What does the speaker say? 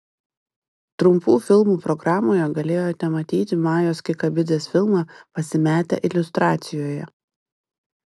trumpų filmų programoje galėjote matyti majos kikabidzės filmą pasimetę iliustracijoje